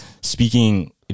Speaking